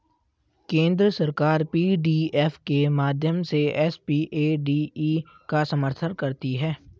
केंद्र सरकार पी.डी.एफ के माध्यम से एस.पी.ए.डी.ई का समर्थन करती है